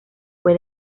fue